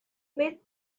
mid